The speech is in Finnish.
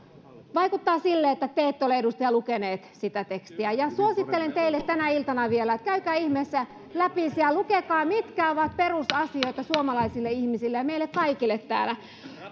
vaikuttaa sille että te ette ole edustaja lukenut sitä tekstiä ja suosittelen teille tänä iltana vielä että käykää ihmeessä läpi se ja lukekaa mitkä ovat perusasioita suomalaisille ihmisille ja meille kaikille täällä kun